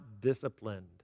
disciplined